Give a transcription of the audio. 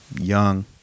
young